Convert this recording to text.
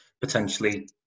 potentially